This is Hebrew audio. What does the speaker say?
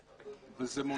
-- וזה מונע?